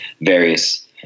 various